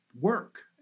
work